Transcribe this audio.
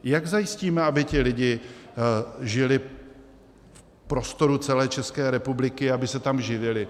Jak zajistíme, aby ti lidé žili v prostoru celé České republiky, aby se tam živili?